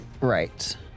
right